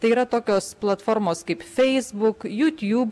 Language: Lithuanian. tai yra tokios platformos kaip feisbuk jūtiub